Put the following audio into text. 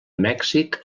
mèxic